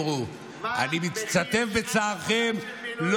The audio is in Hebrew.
חברת הכנסת מירב בן ארי, די.